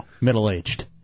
Middle-aged